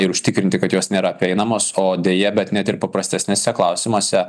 ir užtikrinti kad jos nėra prieinamos o deja bet net ir paprastesniuose klausimuose